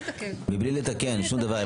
מבלי לתקן שום דבר.